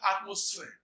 atmosphere